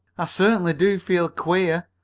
i certainly do feel queer,